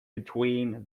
between